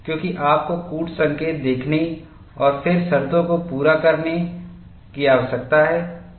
क्योंकि आपको कूट संकेत देखने और फिर शर्तों को पूरा करने की आवश्यकता है